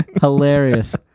Hilarious